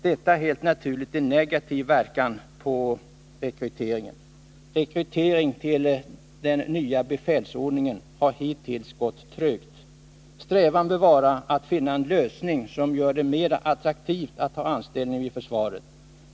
Detta har helt naturligt en negativ verkan på rekryteringen, och rekryteringen till den nya befälsordningen har hittills gått trögt. Strävan bör vara att finna en lösning som gör det mera attraktivt att ta anställning vid försvaret.